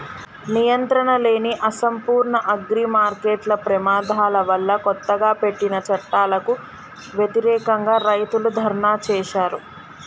నియంత్రణలేని, అసంపూర్ణ అగ్రిమార్కెట్ల ప్రమాదాల వల్లకొత్తగా పెట్టిన చట్టాలకు వ్యతిరేకంగా, రైతులు ధర్నా చేశారు